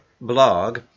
blog